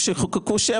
כשחוקקו 7,